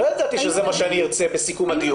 לא ידעתי שזה מה שיצא בסיכום הדיון.